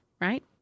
right